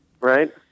Right